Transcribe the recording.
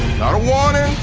not a warning,